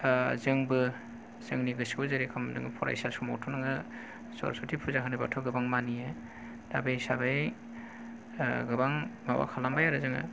ओ जोंबो जोंनि गोसोखौ जेरै खालाम दों फरायसा समावथ नोङो सरसथि फुजा होनो बाथ गोबां मानियो दा बे हिसाबै ओ गोबां माबा खालामबाय आरो जोङो